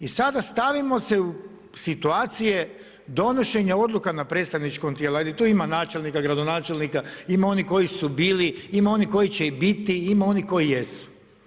I sada stavimo se u situacije donošenja odluka na predstavničkom tijelu, hajde tu ima načelnika, gradonačelnika, ima onih koji su bili, ima onih koji će i biti, ima onih koji jesu.